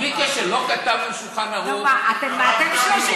בלי קשר, לא כתבנו שולחן ערוך, יעל,